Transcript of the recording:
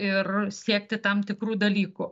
ir siekti tam tikrų dalykų